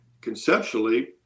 conceptually